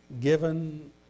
given